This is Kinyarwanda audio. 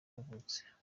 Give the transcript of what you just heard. yavutse